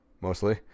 mostly